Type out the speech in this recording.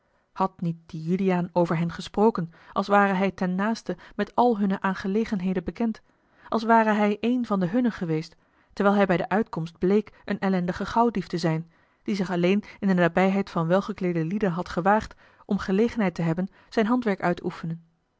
had niet die juliaan over hen gesproken als ware hij ten naasten met alle hunne aangelegenheden bekend als ware hij een van de hunnen geweest terwijl hij bij de uitkomst bleek een ellendige gauwdief te zijn die zich alleen in de nabijheid van welgekleede lieden had gewaagd om gelegenheid te hebben zijn handwerk